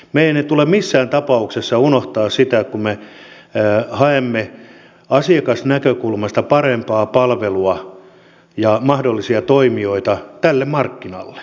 meidän ei tule missään tapauksessa unohtaa sitä kun me haemme asiakasnäkökulmasta parempaa palvelua ja mahdollisia toimijoita tälle markkinalle